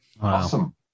Awesome